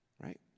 right